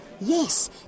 Yes